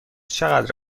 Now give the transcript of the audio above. چقدر